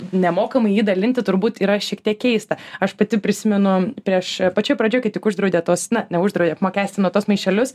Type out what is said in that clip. nemokamai jį dalinti turbūt yra šiek tiek keista aš pati prisimenu prieš pačioj pradžioj kai tik uždraudė tuos na neuždraudė apmokestino tuos maišelius